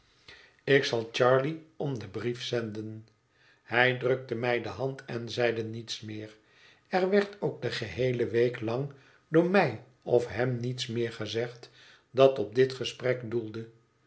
ik zal charley om den brief zenden hij drukte mij de hand en zeide niets meer er werd ook de geheele week lang door mij of hem niets meer gezegd dat op dit gesprek doelde